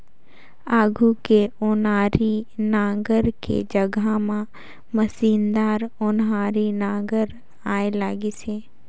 आघु के ओनारी नांगर के जघा म मसीनदार ओन्हारी नागर आए लगिस अहे